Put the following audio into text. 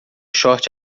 short